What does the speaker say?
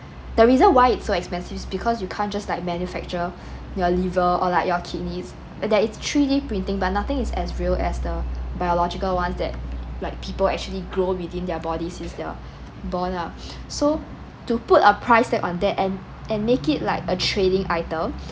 the reason why it's so expensive because you can't just like manufacture your liver or like your kidneys uh there is three D printing but nothing is as real as the biological one that like people actually grow within their bodies since they're born ah so to put a price tag on that and and make it like a trading item